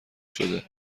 شده